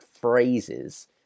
phrases